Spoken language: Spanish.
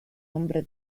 hombre